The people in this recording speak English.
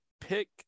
pick